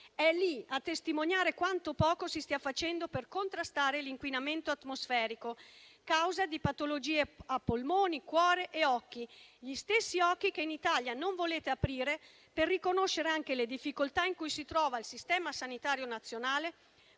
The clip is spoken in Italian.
È lì a testimoniare quanto poco si stia facendo per contrastare l'inquinamento atmosferico, causa di patologie a polmoni, cuore e occhi; gli stessi occhi che in Italia non volete aprire per riconoscere anche le difficoltà in cui si trova il Sistema sanitario nazionale,